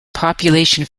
population